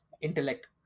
intellect